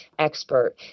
expert